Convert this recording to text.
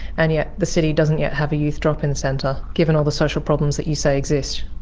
and yet the city doesn't yet have a youth drop-in centre, given all the social problems that you say exist.